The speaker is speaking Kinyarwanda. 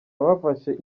abafashe